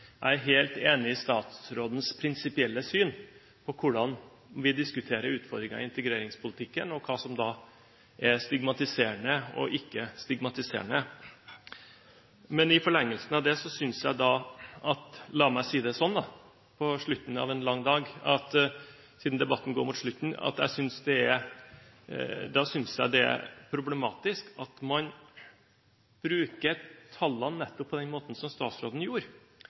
Jeg ønsker bare å få kommentere til slutt at jeg er helt enig i statsrådens prinsipielle syn på hvordan vi diskuterer utfordringer i integreringspolitikken, hva som er stigmatiserende, og hva som ikke er stigmatiserende. Men i forlengelsen av det synes jeg – la meg si det sånn på slutten av en lang dag, siden debatten går mot slutten – at det er problematisk at man bruker tallene nettopp på den måten som statsråden gjorde.